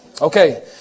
Okay